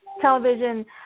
television